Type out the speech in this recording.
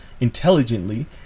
intelligently